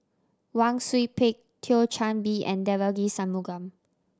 Wang Sui Pick Thio Chan Bee and Devagi Sanmugam